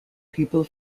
people